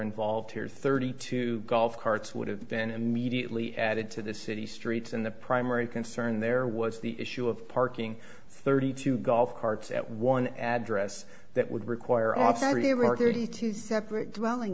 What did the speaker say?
involved here thirty two golf carts would have been immediately added to the city streets and the primary concern there was the issue of parking thirty two golf carts at one address that would require